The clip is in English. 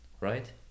right